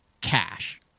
cash